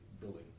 building